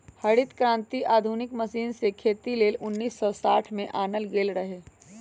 हरित क्रांति आधुनिक मशीन से खेती लेल उन्नीस सौ साठ में आनल गेल रहै